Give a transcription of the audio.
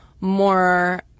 more